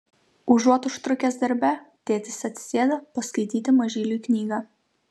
užuot užtrukęs darbe tėtis atsisėda paskaityti mažyliui knygą